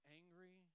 angry